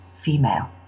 female